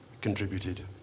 contributed